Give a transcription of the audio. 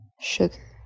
Sugar